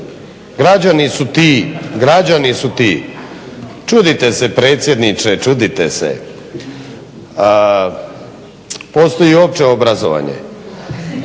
moji stihovi, građani su ti. Čudite se predsjedniče, čudite se. Postoji i opće obrazovanje.